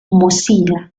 mozilla